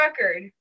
record